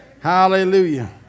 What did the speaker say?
Hallelujah